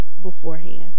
beforehand